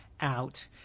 out